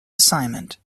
assignment